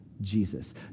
Jesus